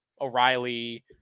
O'Reilly